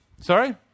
Sorry